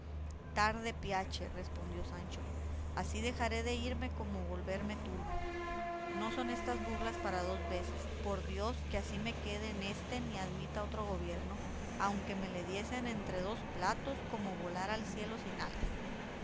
tarde piache respondió sancho así dejaré de irme como volverme turco no son estas burlas para dos veces por dios que así me quede en éste ni admita otro gobierno aunque me le diesen entre dos platos como volar al cielo sin alas